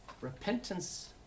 Repentance